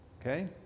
Okay